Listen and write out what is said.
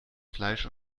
fleisch